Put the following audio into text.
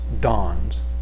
dawns